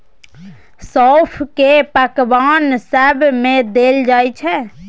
सौंफ केँ पकबान सब मे देल जाइ छै